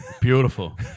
Beautiful